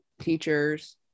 teachers